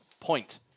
point